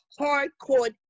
hardcore